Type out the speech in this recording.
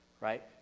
right